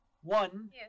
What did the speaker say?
One